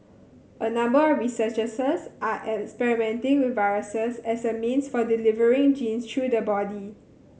a number of researchers are all experimenting with viruses as a means for delivering genes through the body